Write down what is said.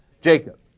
Jacob